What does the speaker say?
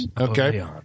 Okay